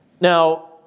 Now